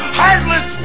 heartless